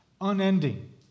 unending